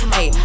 Hey